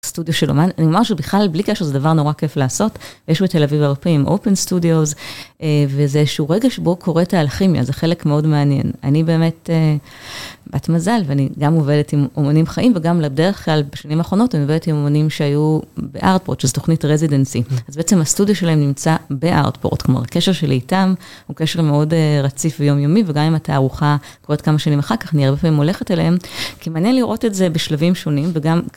סטודיו של אומן, אני אומרת שבכלל בלי קשר זה דבר נורא כיף לעשות, יש בתל אביב הרבה פעמים, open studios, וזה איזשהו רגע שבו קורה תהליך כימיה, זה חלק מאוד מעניין, אני באמת בת מזל, ואני גם עובדת עם אומנים חיים, וגם בדרך כלל בשנים האחרונות אני עובדת עם אומנים שהיו בארטפורט, שזה תוכנית רזידנסי, אז בעצם הסטודיו שלהם נמצא בארטפורט, כלומר הקשר שלי איתם הוא קשר מאוד רציף ויומיומי, וגם אם התערוכה קורית כמה שנים אחר כך, אני הרבה פעמים הולכת אליהם, כי מעניין לראות את זה בשלבים שונים, וגם...